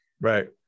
right